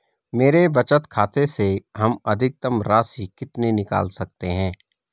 मेरे बचत खाते से हम अधिकतम राशि कितनी निकाल सकते हैं?